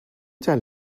tell